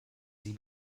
sie